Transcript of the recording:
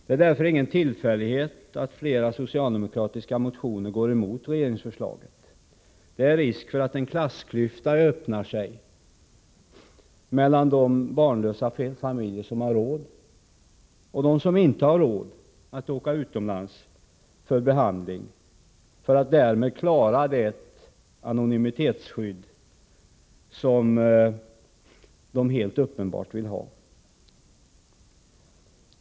Det är därför ingen tillfällighet att flera socialdemokratiska motioner går emot regeringsförslaget. Det är risk för att en klassklyfta öppnar sig mellan de barnlösa familjer som har råd och de familjer som inte har råd att åka utomlands för behandling för att därmed klara det anonymitetsskydd som de helt uppenbart vill ha.